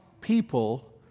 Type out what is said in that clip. people